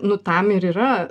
nu tam ir yra